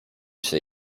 się